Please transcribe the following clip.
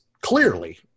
clearly